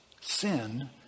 sin